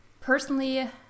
personally